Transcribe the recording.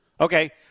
Okay